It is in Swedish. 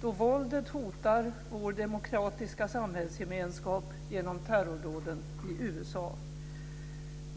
då våldet hotar vår demokratiska samhällsgemenskap genom terrordåden i USA.